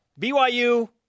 BYU